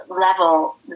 level